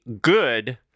good